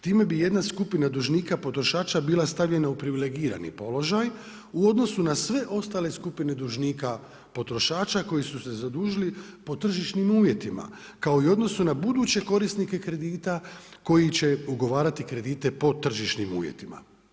Time bi jedna skupina dužnika potrošača bila stavljena u privilegirani položaj u odnosu na sve ostale dužnika potrošača koji su se zadužili po tržišnim uvjetima, kao i u odnosu na buduće korisnike kredita, koji će ugovarati kredite po tržišnim uvjetima.